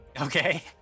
Okay